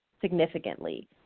significantly